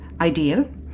ideal